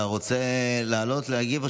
אתה רוצה לעלות להגיב?